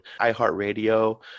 iHeartRadio